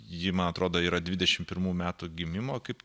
ji man atrodo yra dvidešim pirmų metų gimimo kaip